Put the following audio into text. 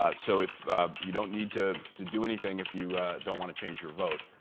ah so if you don't need to to do anything if you don't want to change your vote.